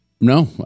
No